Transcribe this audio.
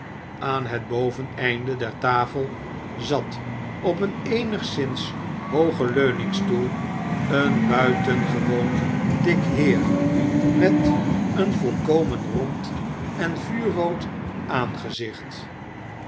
aan het boveneinde der tafel zat op een eenigszins hoogen leuningstoel een buitengewoon dik heer met een volkomen rond en vuurrood aangezicht